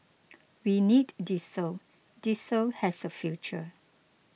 we need diesel diesel has a future